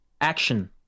action